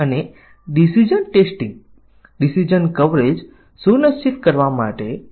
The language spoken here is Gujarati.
તેથી બ્લેક બોક્સ અને વ્હાઇટ બોક્સ પરીક્ષણ બંને જરૂરી છે અને આને પ્રશંસાત્મક પરીક્ષણ વ્યૂહરચના તરીકે ઓળખવામાં આવે છે